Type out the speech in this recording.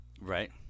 right